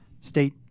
State